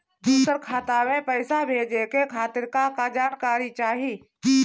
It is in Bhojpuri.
दूसर खाता में पईसा भेजे के खातिर का का जानकारी चाहि?